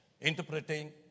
interpreting